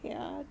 yeah